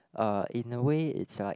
uh in a way it's like